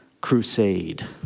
crusade